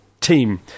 team